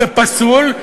זה פסול,